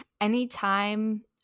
Anytime